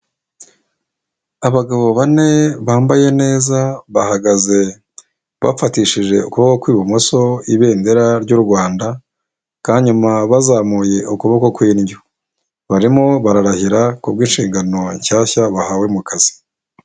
Abagabo bane bambaye neza bahagaze bafatishije ukuboko kw'ibumoso ibendera ry'u Rwanda, kandi bazamuye ukuboko kw'indyo. Barimo bararahira ku bw'inshingano nshyashya bahawe mu kazi.